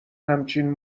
همچین